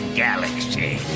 galaxy